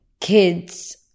kids